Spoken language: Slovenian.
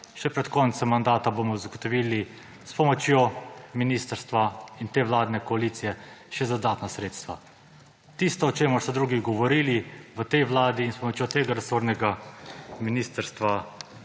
Še pred koncem mandata bomo zagotovili s pomočjo ministrstva in te vladne koalicije še dodatna sredstva. Tisto, o čemer so drugi govorili, v tej vladi in s pomočjo tega resornega ministrstva